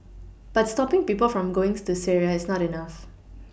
but stopPing people from going to Syria is not enough